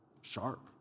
sharp